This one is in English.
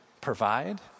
provide